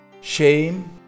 shame